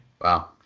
Wow